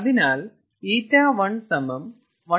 അതിനാൽ ƞ11 Q2Q1